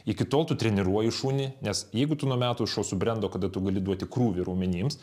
iki tol tu treniruoji šunį nes jeigu tu nuo metų šuo subrendo kada tu gali duoti krūvį raumenims